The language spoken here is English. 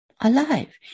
alive